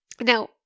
Now